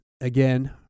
again